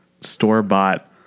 store-bought